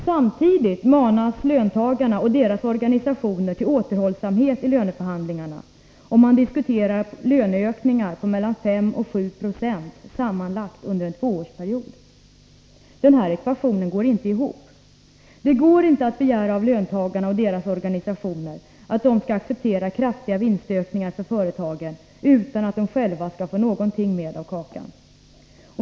Samtidigt manas löntagarnas och deras organisationer till återhållsamhet i löneförhandlingarna, och man diskuterar löneökningar på mellan 5 och 7 90 sammanlagt under en tvåårsperiod. Den här ekvationen går inte ihop. Det går inte att begära av löntagarna och deras organisationer att de skall acceptera kraftiga vinstökningar för företagen utan att själva få något med av kakan.